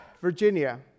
Virginia